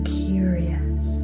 curious